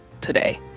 today